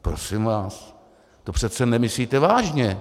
Prosím vás, to přece nemyslíte vážně!